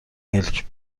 ملک